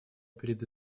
перед